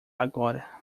agora